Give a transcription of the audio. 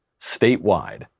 statewide